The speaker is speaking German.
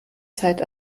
zeit